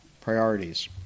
priorities